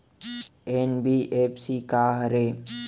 NBFC का हरे?